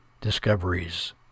discoveries